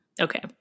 Okay